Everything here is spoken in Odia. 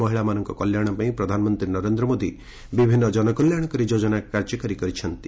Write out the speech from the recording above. ମହିଳାମାନଙ୍କ କଲ୍ୟାଶ ପାଇଁ ପ୍ରଧାନମନ୍ତୀ ନରେନ୍ଦ୍ର ମୋଦି ବିଭିନ୍ ଜନକଲ୍ୟାଶକାରୀ ଯୋଜନା କାର୍ଯ୍ୟକାରୀ କରିଛନ୍ତି